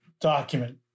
document